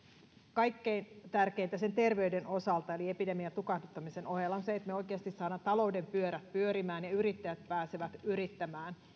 kaikkein tärkeintä sen terveyden osalta eli epidemian tukahduttamisen ohella on se että oikeasti saadaan talouden pyörät pyörimään ja ja yrittäjät pääsevät yrittämään